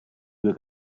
due